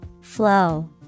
Flow